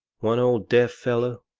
one old deaf feller,